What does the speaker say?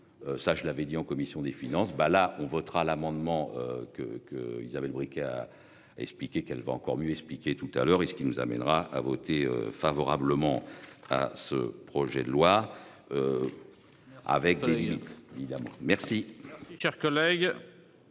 Ça je l'avais dit en commission des finances, là on votera l'amendement que que Isabelle Bris qui a. Expliqué qu'elle va encore mieux expliquer tout à l'heure et ce qui nous amènera à voter favorablement à ce projet de loi. Avec limites